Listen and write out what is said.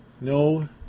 No